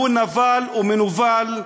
שהוא נבל ומנוול,